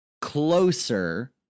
closer